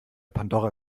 pandora